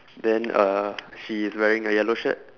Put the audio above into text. then uh she is wearing a yellow shirt